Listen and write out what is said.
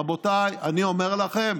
רבותיי, אני אומר לכם,